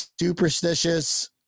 Superstitious